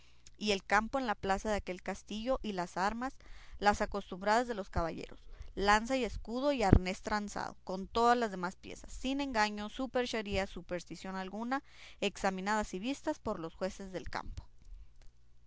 y el campo en la plaza de aquel castillo y las armas las acostumbradas de los caballeros lanza y escudo y arnés tranzado con todas las demás piezas sin engaño superchería o superstición alguna examinadas y vistas por los jueces del campo